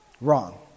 Wrong